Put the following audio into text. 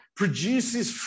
produces